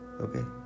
okay